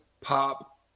pop